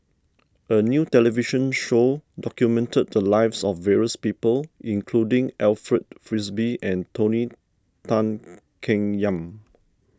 a new television show documented the lives of various people including Alfred Frisby and Tony Tan Keng Yam